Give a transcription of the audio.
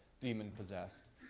demon-possessed